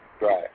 Right